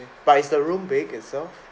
but is the room big itself